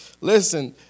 Listen